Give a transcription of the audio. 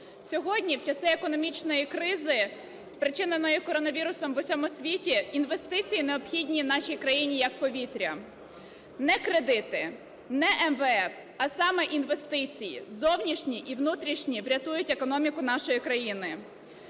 Сьогодні в часи економічної кризи, спричиненої коронавірусом в усьому світі, інвестиції необхідні нашій країні, як повітря. Не кредити, не МВФ, а саме інвестиції зовнішні і внутрішні врятують економіку нашої країни.